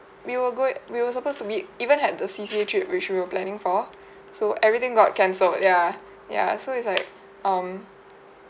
we will go we were supposed to be even had the trip which we were planning for so everything got cancelled ya ya so it's like um